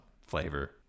flavor